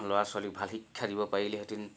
ল'ৰা ছোৱালীক ভাল শিক্ষা দিব পাৰিলেহেঁতেন